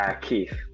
Keith